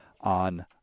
on